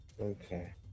okay